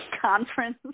conference